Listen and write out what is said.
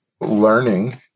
learning